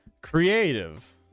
creative